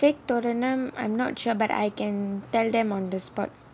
fake thoranam I'm not sure but I can tell them on the spot